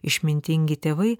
išmintingi tėvai